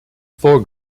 four